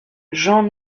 jean